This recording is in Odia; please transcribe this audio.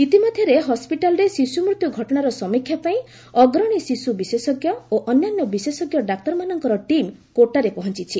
ଇତିମଧ୍ୟରେ ହସ୍ୱିଟାଲରେ ଶିଶୁ ମୃତ୍ୟୁ ଘଟଣାର ସମୀକ୍ଷା ପାଇଁ ଅଗ୍ରଣୀ ଶିଶୁ ବିଶେଷଜ୍ଞ ଓ ଅନ୍ୟାନ୍ୟ ବିଶେଷଜ୍ଞ ଡାକ୍ତରମାନଙ୍କର ଟିମ୍ କୋଟାରେ ପହଞ୍ଚିଛି